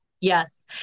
Yes